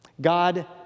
God